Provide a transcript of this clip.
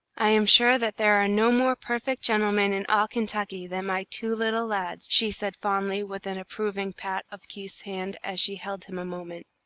i am sure that there are no more perfect gentlemen in all kentucky than my two little lads, she said, fondly, with an approving pat of keith's hand as she held him a moment.